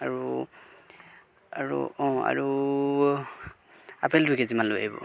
আৰু আৰু অঁ আৰু আপেল দুই কে জিমান লৈ আহিব